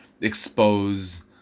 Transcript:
expose